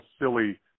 silly